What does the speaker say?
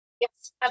yes